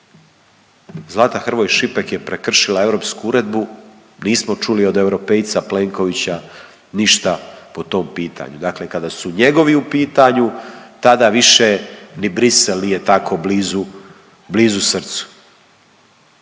Zlata Hrvoj Šipek je prekršila europsku uredbu, nismo čuli od europejca Plenkovića ništa po tom čitanju. Dakle kada su njegovi u pitanju tada više ni Bruxselles više nije tako blizu,